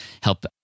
help